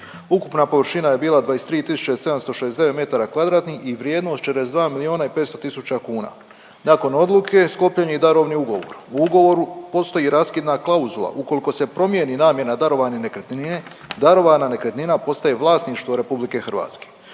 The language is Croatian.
Ukupna površina je bila 23.769 metara kvadratnih i vrijednost 42 miliona 500 tisuća kuna. Nakon odluke sklopljen je i darovni ugovor. U ugovoru postoji raskidna klauzla ukoliko se promijeni namjena darovane nekretnine, darovana nekretnina postaje vlasništvo RH.